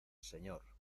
señor